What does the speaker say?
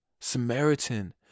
Samaritan